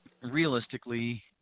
realistically